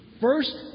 First